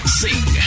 sing